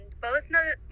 personal